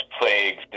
plagues